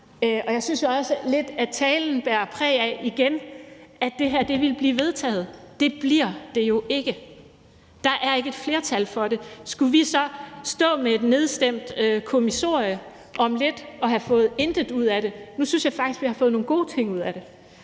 Jeg synes også lidt, at talen bærer præg af igen, at det her vil blive vedtaget, men det bliver det jo ikke, for der er ikke et flertal for det. Skulle vi så stå med et nedstemt kommissorie om lidt og have fået intet ud af det? Nu synes jeg faktisk, vi har fået nogle gode ting ud af det.